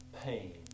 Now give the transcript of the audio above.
pain